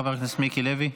חבר הכנסת מיקי לוי.